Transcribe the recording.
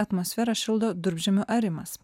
atmosferą šildo durpžemių arimas